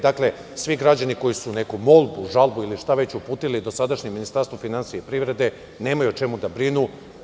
Dakle, svi građani koji su neku molbu, žalbu ili šta već uputili dosadašnjem Ministarstvu finansija i privrede, nemaju o čemu da brinu.